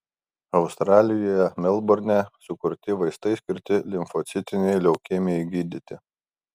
australijoje melburne sukurti vaistai skirti limfocitinei leukemijai gydyti